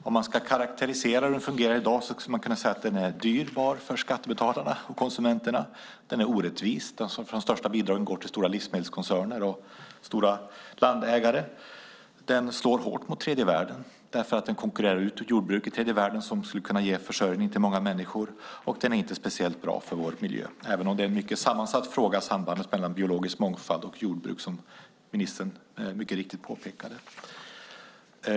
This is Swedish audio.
Om man ska karakterisera hur den fungerar i dag kan man säga att den är dyr för skattebetalarna och konsumenterna, den är orättvis eftersom de största bidragen går till stora livsmedelskoncerner och stora markägare, den slår hårt mot tredje världen eftersom den konkurrerar ut jordbruk i tredje världen som skulle kunna ge försörjning till många människor och den är inte speciellt bra för vår miljö - även om sambandet mellan biologisk mångfald och jordbruk är en mycket sammansatt fråga, vilket ministern så riktigt påpekade.